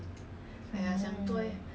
he grad already meh